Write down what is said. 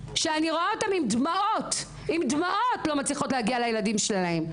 שאני רואה אותן עם דמעות לא מצליחות להגיע לילדים שלהן.